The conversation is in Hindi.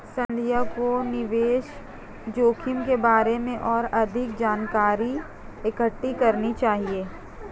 संध्या को निवेश जोखिम के बारे में और अधिक जानकारी इकट्ठी करनी चाहिए